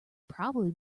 probably